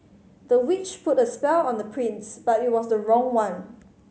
the witch put a spell on the prince but it was the wrong one